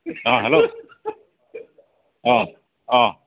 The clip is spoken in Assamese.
অঁ হেল্ল' অঁ অঁ